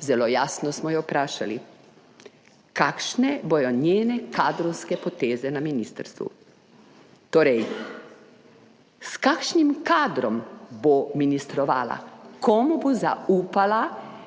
Zelo jasno smo jo vprašali, kakšne bodo njene kadrovske poteze na ministrstvu, torej s kakšnim kadrom bo ministrovala, komu bo zaupala